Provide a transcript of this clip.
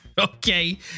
Okay